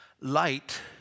light